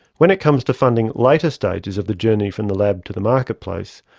when it comes to funding later stages of the journey from the lab to the marketplace,